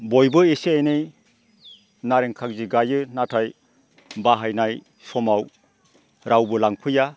बयबो एसे एनै नारें खार्जि गायो नाथाय बाहायनाय समाव रावबो लांफैया